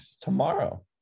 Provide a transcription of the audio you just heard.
tomorrow